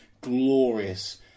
glorious